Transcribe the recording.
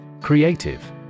Creative